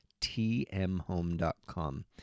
tmhome.com